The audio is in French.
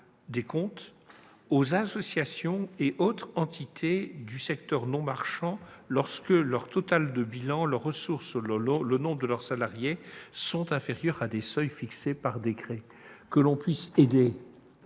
des comptes aux associations et autres entités du secteur non marchand lorsque le total de leur bilan, leurs ressources et le nombre de leurs salariés sont inférieurs à des seuils fixés par décret. Que l'on puisse aider